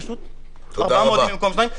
פשוט ארבעה מועדים במקום שניים.